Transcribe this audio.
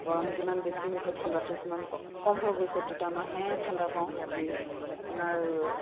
গৰম যিমান বেছি হৈছে ঠাণ্ডাটো সিমান ক কম হৈ গৈছে দুটা মাহে ঠাণ্ডা পাওঁ দি আপোনাৰ